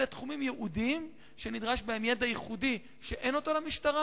אלה תחומים ייעודיים שנדרש בהם ידע ייחודי שאין למשטרה.